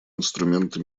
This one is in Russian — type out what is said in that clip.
инструмента